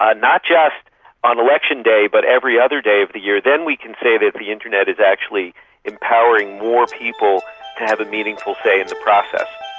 ah not just on election day but every other day of the year, then we can say that the internet is actually empowering more people to have a meaningful say in the process.